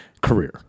career